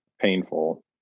painful